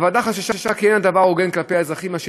הוועדה חששה כי אין הדבר הוגן כלפי האזרחים אשר